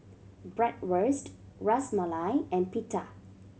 Bratwurst Ras Malai and Pita